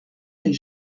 n’est